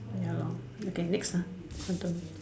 ya lor okay next ah sentence